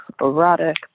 erotic